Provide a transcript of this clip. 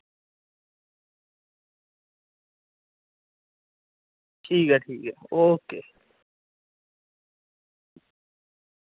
ठीक ऐ ठीक ऐ ओके